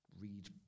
read